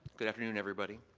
good afternoon, everybody.